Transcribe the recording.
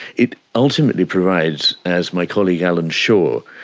it ultimately provides, as my colleague allan schore,